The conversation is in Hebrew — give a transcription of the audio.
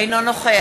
אינו נוכח